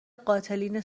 قاتلین